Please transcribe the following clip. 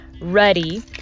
ready